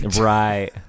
Right